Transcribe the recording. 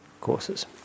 courses